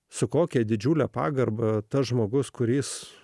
su kokia didžiule pagarba tas žmogus kuris